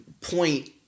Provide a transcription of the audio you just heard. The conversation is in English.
point